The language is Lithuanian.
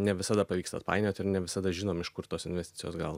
ne visada pavyksta atpainiot ir ne visada žinom iš kur tos investicijos gal